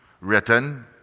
written